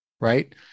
right